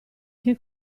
che